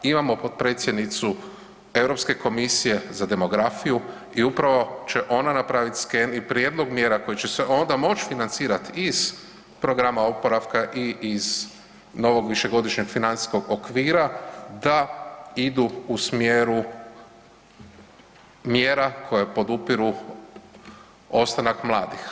Imamo potpredsjednicu Europske komisije za demografiju i upravo će ona napravit sken i prijedlog mjera koje će se onda moć financirat iz programa oporavka i iz novog višegodišnjeg financijskog okvira da idu u smjeru mjera koje podupiru ostanak mladih.